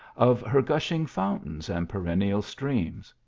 of her gushing foun tains and perennial streams.